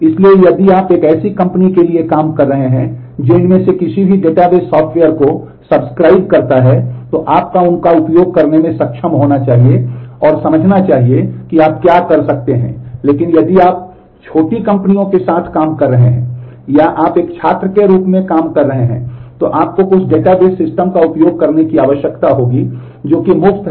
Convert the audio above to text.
इसलिए यदि आप एक ऐसी कंपनी के लिए काम कर रहे हैं जो इनमें से किसी भी डेटाबेस सॉफ़्टवेयर को सब्सक्राइब पर हैं